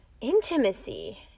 intimacy